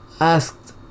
asked